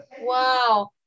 wow